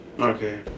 Okay